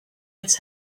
its